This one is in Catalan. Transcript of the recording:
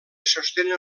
sostenen